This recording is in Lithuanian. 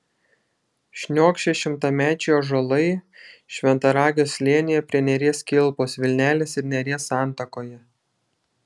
šniokščia šimtamečiai ąžuolai šventaragio slėnyje prie neries kilpos vilnelės ir neries santakoje